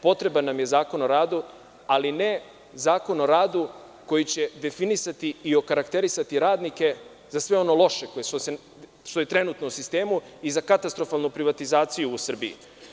Potreban nam je Zakon o radu, ali ne Zakon o radu koji će definisati i okarakterisati radnike za sve ono loše što je trenutno u sistemu i za katastrofalnu privatizaciju u Srbiji.